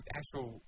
actual